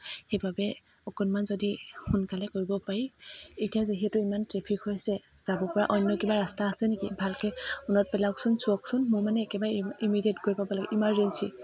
সেইবাবে অকণমান যদি সোনকালে কৰিব পাৰি এতিয়া যিহেতু ইমান ট্ৰেফিক হৈ আছে যাব পৰা অন্য কিবা ৰাস্তা আছে নেকি ভালকৈ মনত পেলাওকচোন চ'কচোন মোৰ মানে একেবাৰে ইম ইমিডিয়েট গৈ পাব লাগে ইমাৰজেঞ্চী